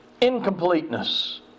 Incompleteness